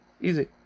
Easy